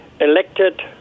elected